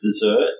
dessert